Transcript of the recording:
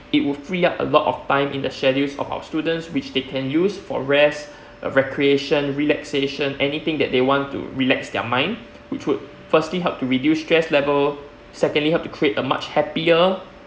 it would free up a lot of time in the schedules of our students which they can use for rest recreation relaxation anything that they want to relax their mind which would firstly help to reduce stress level secondly help to create a much happier